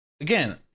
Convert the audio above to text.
again